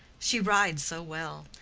she rides so well.